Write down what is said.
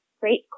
Great